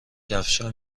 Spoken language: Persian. کفشها